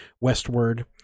westward